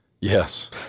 Yes